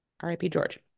R-I-P-George